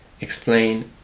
explain